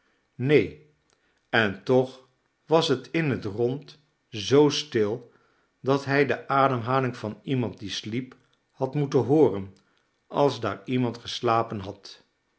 neen en toch was het in het rond zoo stil dat hij de ademhaling van iemand die sliep had moeten hooren als daar iemand geslapen had